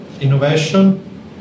innovation